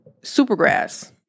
Supergrass